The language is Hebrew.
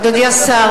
אדוני השר,